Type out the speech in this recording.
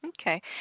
Okay